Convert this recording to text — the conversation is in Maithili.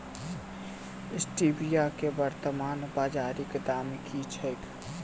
स्टीबिया केँ वर्तमान बाजारीक दाम की छैक?